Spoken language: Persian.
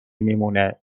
میمونه